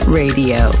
radio